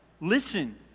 listen